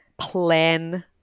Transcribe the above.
plan